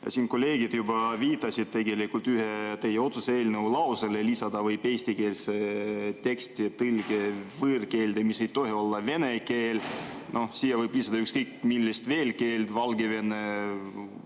Üks kolleeg juba viitas ühele teie otsuse eelnõu lausele: "Lisada võib eestikeelse teksti tõlke võõrkeelde, mis ei tohi olla vene keel." Siia võib lisada ükskõik millise keele veel: valgevene,